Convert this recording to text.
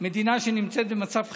במדינה שנמצאת במצב חירום.